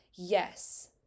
Yes